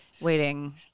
waiting